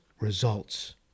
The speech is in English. results